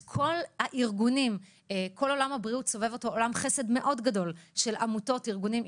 את כל עולם הבריאות סובב עולם חסד גדול מאוד של עמותות וארגונים,